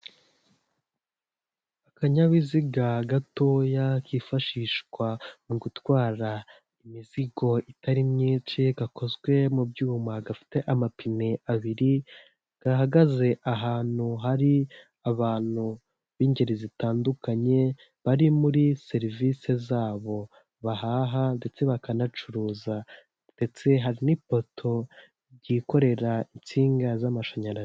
Akanyabiziga gatoya kifashishwa mu gutwara imizigo itari myinshi, gakozwe mu byuma gafite amapine abiri, gahagaze ahantu hari abantu b'ingeri zitandukanye, bari muri serivisi zabo bahaha ndetse bakanacuruza ndetse hari n'ipoto ryikorera insinga z'amashanyarazi.